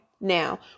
now